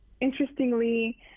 interestingly